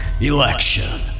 election